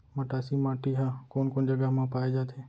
मटासी माटी हा कोन कोन जगह मा पाये जाथे?